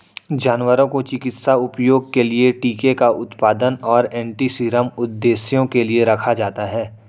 जानवरों को चिकित्सा उपयोग के लिए टीके का उत्पादन और एंटीसीरम उद्देश्यों के लिए रखा जाता है